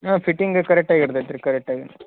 ಹಾಂ ಫಿಟ್ಟಿಂಗ ಕರೆಕ್ಟಾಗಿ ಇರ್ತೈತೆ ರೀ ಕರೆಕ್ಟಾಗಿ